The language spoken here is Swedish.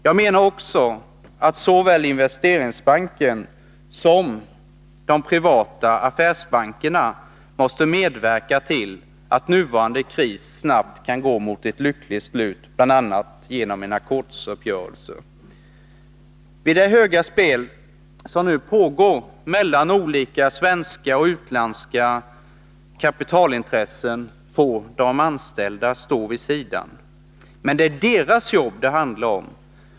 Jag menar också att såväl Investeringsbanken som de privata affärsbankerna måste medverka till att nuvarande kris snabbt kan gå mot ett lyckligt slut, bl.a. genom en ackordsuppgörelse. Vid det höga spel som nu pågår mellan olika svenska och utländska kapitalintressen får de anställda stå vid sidan om. Men det är deras jobb det handlar om.